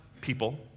people